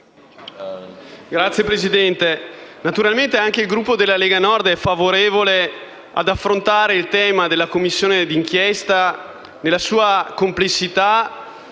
Signor Presidente, naturalmente anche il Gruppo della Lega Nord è favorevole ad affrontare il tema della Commissione d'inchiesta nella sua complessità